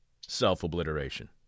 self-obliteration